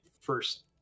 first